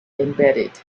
embedded